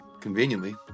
Conveniently